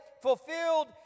fulfilled